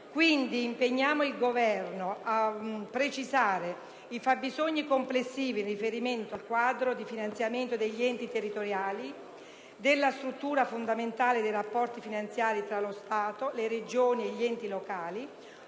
Quindi, impegniamo l'Esecutivo a precisare «i fabbisogni complessivi in riferimento al quadro di finanziamento degli enti territoriali, della struttura fondamentale dei rapporti finanziari tra lo Stato, le Regioni e gli enti locali,